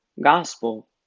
gospel